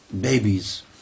Babies